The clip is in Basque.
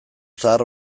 zahar